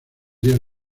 días